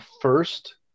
first